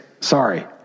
Sorry